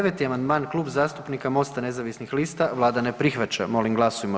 9. amandman Klub zastupnika MOST-a nezavisnih lista Vlada ne prihvaća, molim glasujmo.